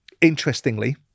Interestingly